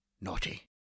naughty